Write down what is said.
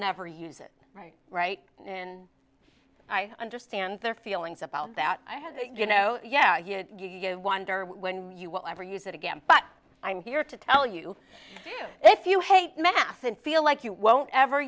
never use right right and i understand their feelings about that you know yeah you wonder when you will ever use it again but i'm here to tell you if you hate math and feel like you won't ever